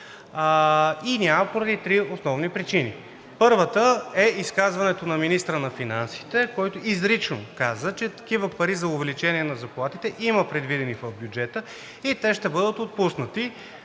Няма поради три основни причини. Първата е изказването на министъра на финансите, който изрично каза, че такива пари за увеличение на заплатите има предвидени в бюджета и те ще бъдат отпуснати